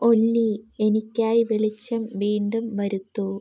ഒല്ലി എനിക്കായി വെളിച്ചം വീണ്ടും വരുത്തൂ